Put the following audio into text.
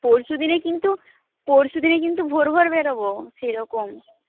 পরশুদিনে কিন্তু পরশুদিনে কিন্তু ভোর ভোর বেরবো সেরকম